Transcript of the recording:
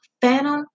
Phantom